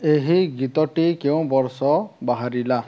ଏହି ଗୀତଟି କେଉଁ ବର୍ଷ ବାହାରିଲା